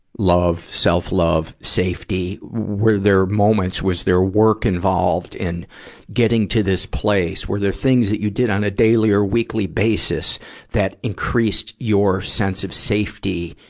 love, self-love, safety. where there moments, was there work involved in getting to this place? were there things that you did on a daily or weekly basis that increased your sense of safety,